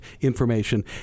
information